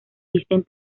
visten